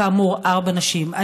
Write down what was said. כאמור, ארבע נשים.